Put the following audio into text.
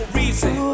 reason